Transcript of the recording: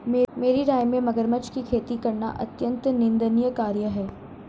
मेरी राय में मगरमच्छ की खेती करना अत्यंत निंदनीय कार्य है